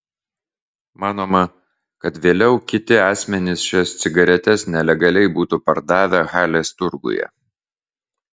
manoma kad vėliau kiti asmenys šias cigaretes nelegaliai būtų pardavę halės turguje